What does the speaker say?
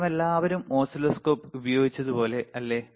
നാമെല്ലാവരും ഓസിലോസ്കോപ്പ് ഉപയോഗിച്ചതുപോലെ അല്ലേ